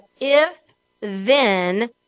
if-then